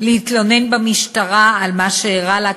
להתלונן במשטרה על מה שאירע לה,